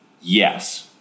Yes